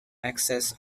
excess